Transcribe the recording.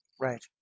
Right